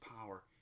power